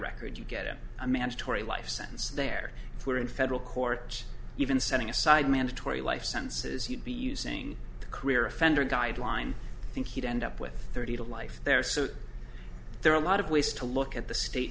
record you get a mandatory life sentence that there for in federal court even setting aside mandatory life sentences you'd be using the career offender guideline i think he'd end up with thirty to life there so there are a lot of ways to look at the state